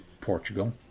Portugal